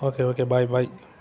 okay okay bye bye